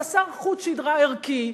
חסר חוט שדרה ערכי,